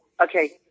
Okay